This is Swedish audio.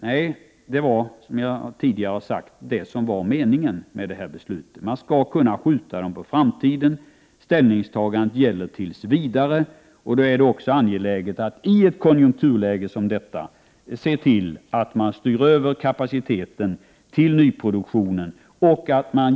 Nej, det var, som jag tidigare sagt, det som var meningen med detta beslut. Man skall kunna skjuta ombyggnader på framtiden. Ställningstagandet gäller tills vidare. Det är också angeläget att man i ett konjunkturläge som detta ser till att man styr över kapaciteten till nyproduktionen.